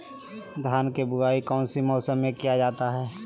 धान के बोआई कौन सी मौसम में किया जाता है?